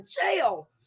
jail